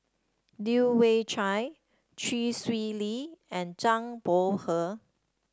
Leu Yew Chye Chee Swee Lee and Zhang Bohe